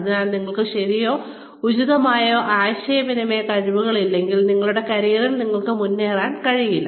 അതിനാൽ നിങ്ങൾക്ക് ശരിയായതോ ഉചിതമായതോ ആയ ആശയവിനിമയ കഴിവുകൾ ഇല്ലെങ്കിൽ നിങ്ങളുടെ കരിയറിൽ നിങ്ങൾക്ക് മുന്നേറാൻ കഴിയില്ല